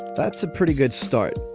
that's a pretty good start.